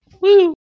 Woo